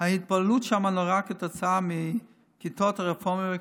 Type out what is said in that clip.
ההתבוללות שם היא נוראה כתוצאה מכיתות הרפורמים והקונסרבטיבים.